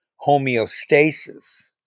homeostasis